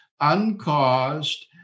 uncaused